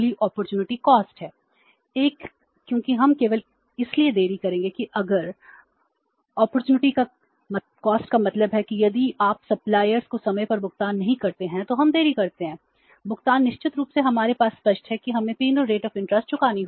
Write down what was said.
1 क्योंकि हम केवल इसलिए देरी करेंगे कि अगर अवसर लागत का मतलब है यदि आप सप्लायर्स चुकानी होगी